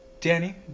Danny